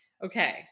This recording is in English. Okay